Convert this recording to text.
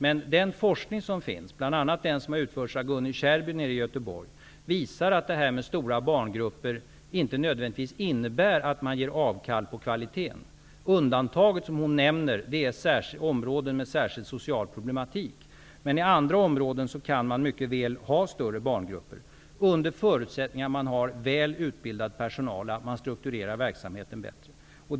Men den forskning som finns, bl.a. den som utförts av Gunni Kärrby i Göteborg, visar att detta med stora barngrupper inte nödvändigtvis innebär att man gör avkall på kvaliteten. Det undantag som Gunni Kärrby nämner är områden med en särskild social problematik. I andra områden kan man mycket väl ha större barngrupper, under förutsättning att det finns väl utbildad personal och att verksamheten struktureras bättre.